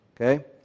Okay